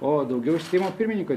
o daugiau iš seimo pirmininko